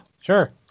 Sure